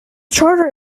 charter